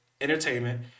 Entertainment